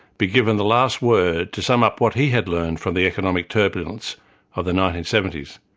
be given the last word to sum up what he had learned from the economic turbulence of the nineteen seventy s.